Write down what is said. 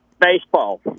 Baseball